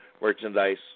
merchandise